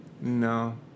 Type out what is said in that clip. No